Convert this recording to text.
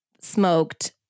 smoked